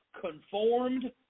Conformed